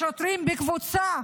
השוטרים, בקבוצה,